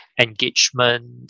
engagement